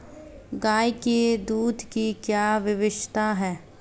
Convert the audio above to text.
गाय के दूध की क्या विशेषता है?